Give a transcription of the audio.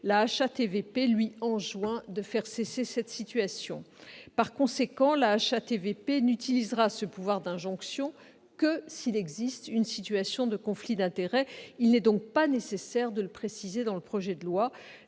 publique lui enjoint de faire cesser cette situation ». La HATVP n'utilisera ce pouvoir d'injonction que s'il existe une situation de conflit d'intérêts. Il n'est donc pas nécessaire de le préciser dans le projet de loi.